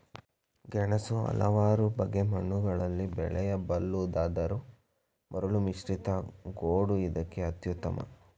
ಗೆಣಸು ಹಲವಾರು ಬಗೆ ಮಣ್ಣುಗಳಲ್ಲಿ ಬೆಳೆಯಬಲ್ಲುದಾದರೂ ಮರಳುಮಿಶ್ರಿತ ಗೋಡು ಇದಕ್ಕೆ ಅತ್ಯುತ್ತಮ